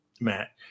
matt